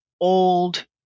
old